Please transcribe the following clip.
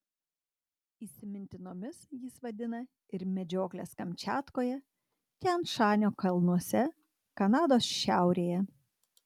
įsimintinomis jis vadina ir medžiokles kamčiatkoje tian šanio kalnuose kanados šiaurėje